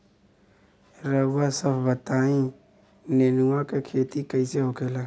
रउआ सभ बताई नेनुआ क खेती कईसे होखेला?